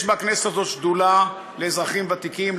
יש בכנסת הזו שדולה לאזרחים ותיקים,